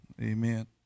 Amen